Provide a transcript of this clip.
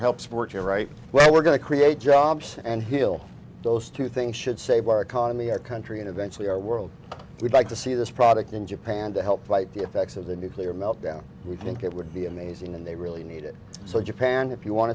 to help support your right we're going to create jobs and heal those two things should save our economy our country and eventually our world we'd like to see this product in japan to help fight the effects of the nuclear meltdown we think it would be amazing and they really need it so japan if you want